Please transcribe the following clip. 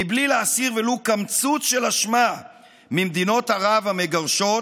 בלי להסיר ולו קמצוץ של אשמה ממדינות ערב המגרשות,